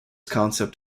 concept